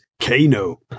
Kano